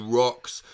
rocks